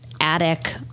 attic